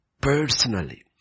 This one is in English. personally